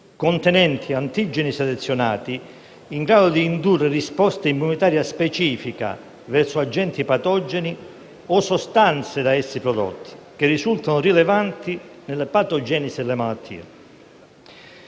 contenenti antigeni selezionati in grado di indurre risposte immunitarie specifiche verso agenti patogeni o sostanze da essi prodotti che risultano rilevanti nella patogenesi delle malattie.